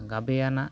ᱜᱟᱵᱮᱭᱟᱱᱟᱜ